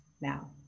now